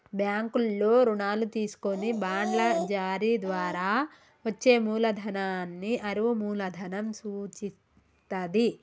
బ్యాంకుల్లో రుణాలు తీసుకొని బాండ్ల జారీ ద్వారా వచ్చే మూలధనాన్ని అరువు మూలధనం సూచిత్తది